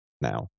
now